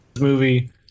movie